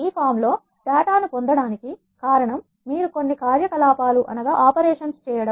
ఈ ఫామ్ లో డేటా ను పొందడానికి కారణం మీరు కొన్ని కార్యకలాపాలుఆపరేషన్ లుచేయడం